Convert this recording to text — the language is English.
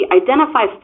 identify